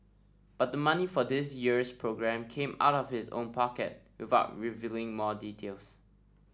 but the money for this year's programme came out of his own pocket without revealing more details